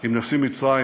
עם נשיא מצרים,